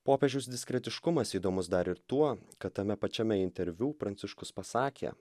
popiežiaus diskretiškumas įdomus dar ir tuo kad tame pačiame interviu pranciškus pasakė